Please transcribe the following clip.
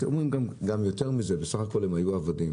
אומרים גם יותר מזה, בסך הכול הם היו עבדים,